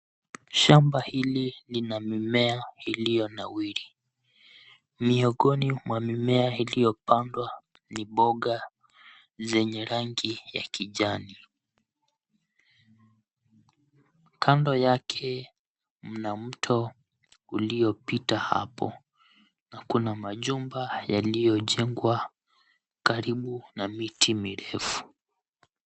Shamba hili lina mimea iliyonawiri. Miongoni mwa mimea iliyopandwa ni mboga zenye rangi ya kijani. Kando yake mna mto iliopita hapo na kuna majumba yaliyojengwa karibu na miti mirefu.